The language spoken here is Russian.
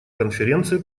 конференции